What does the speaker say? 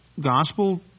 gospel